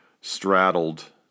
straddled